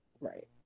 Right